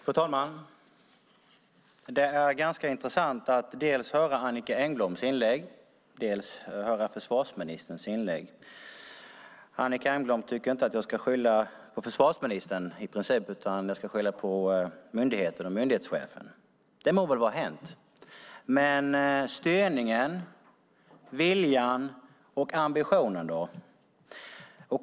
Fru talman! Det är ganska intressant att höra Annicka Engbloms och försvarsministerns inlägg. Annicka Engblom tycker inte att jag ska skylla på försvarsministern utan på myndigheten och myndighetschefen. Det må vara hänt. Men styrningen, viljan och ambitionen då?